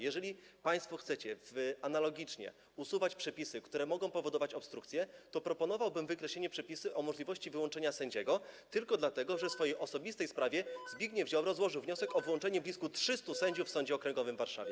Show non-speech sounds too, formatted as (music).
Jeżeli państwo chcecie analogicznie usuwać przepisy, które mogą powodować obstrukcję, to proponowałbym wykreślenie przepisu o możliwości wyłączenia sędziego, tylko dlatego (noise) że w swojej osobistej sprawie Zbigniew Ziobro złożył wniosek o wyłączenie blisko 300 sędziów w Sądzie Okręgowym w Warszawie.